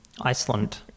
Iceland